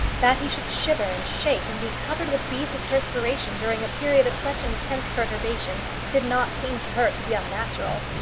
that he should shiver and shake and be covered with beads of perspiration during a period of such intense perturbation did not seem to her to be unnatural.